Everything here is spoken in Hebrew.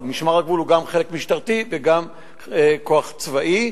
משמר הגבול הוא גם כוח משטרתי וגם כוח צבאי.